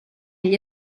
gli